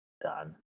done